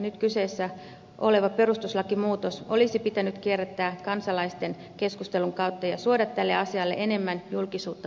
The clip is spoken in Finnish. nyt kyseessä oleva perustuslakimuutos olisi pitänyt kierrättää kansalaisten keskustelun kautta ja suoda tälle asialle enemmän julkisuutta mediassa